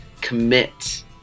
commit